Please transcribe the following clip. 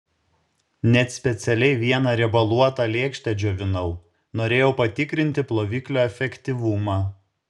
net specialiai vieną riebaluotą lėkštę džiovinau norėjau patikrinti ploviklio efektyvumą